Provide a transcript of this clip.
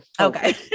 Okay